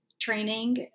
training